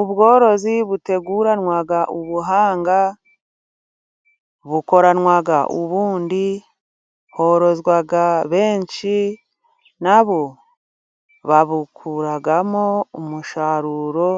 Ubworozi buteguranwa ubuhanga bukoranwa ubundi horozwa benshi nabo babukuramo umusaruro